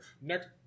next